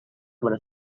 kepada